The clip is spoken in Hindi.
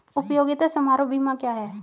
उपयोगिता समारोह बीमा क्या है?